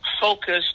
focused